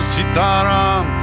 Sitaram